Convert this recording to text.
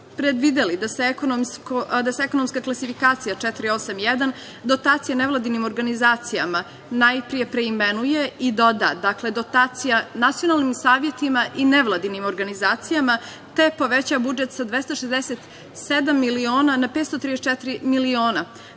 predvideli da se ekonomska klasifikacija 481 – dotacija nevladinim organizacijama – najpre preimenuje i doda – dotacija nacionalnim savetima i nevladinim organizacijama, te poveća budžet sa 267 miliona na 534 miliona,